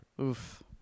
Oof